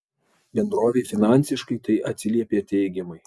bendrovei finansiškai tai atsiliepė teigiamai